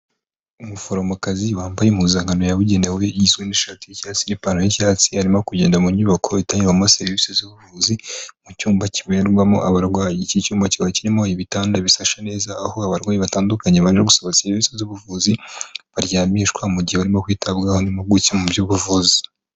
Umuforomokazi wambaye impuzankano yabugenewe igizwe n'ishati y'icyatsi n'ipantaro y'icyatsi arimo kugenda mu nyubako itangirwamo serivise z'ubuvuzi mu cyumba kivuriwamo abarwayi, iki cyumba kikaba kirimo ibitanda bisashe neza aho abarwayi batandukanye bari gusaba serivise z'ubuvuzi baryamishwa mu gihe barimo kwitabwaho n'impimpuguke mu by'ubuvuzi.